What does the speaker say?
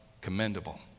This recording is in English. commendable